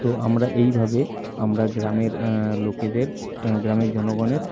তো আমরা এইভাবে আমরা গ্রামের লোকেদের গ্রামের জনগণের